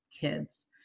kids